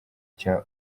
cya